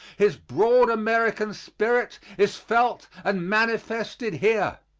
his broad american spirit is felt and manifested here.